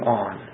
on